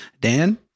Dan